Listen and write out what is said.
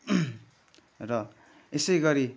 र यसैगरी